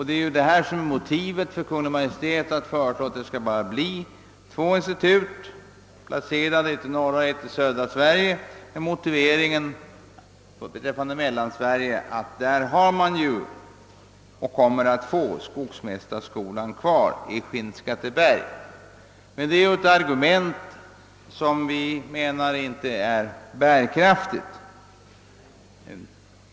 Det är detta som motiverar Kungl. Maj:ts förslag om upprättande av enbart två institut placerade i norra och södra Sverige. För Mellansverige sägs det att man där har och även kommer att få behålla skogsmästarskolan i Skinnskatteberg. Detta är emellertid ett argument som enligt vår mening inte är bärkraftigt.